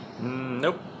Nope